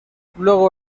luego